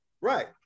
right